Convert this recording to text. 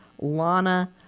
Lana